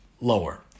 lower